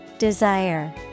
Desire